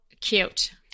cute